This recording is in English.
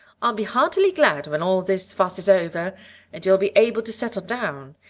i'll be heartily glad when all this fuss is over and you'll be able to settle down.